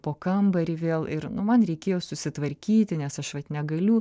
po kambarį vėl ir nu man reikėjo susitvarkyti nes aš vat negaliu